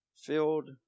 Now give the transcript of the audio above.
Filled